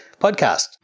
podcast